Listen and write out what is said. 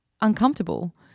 uncomfortable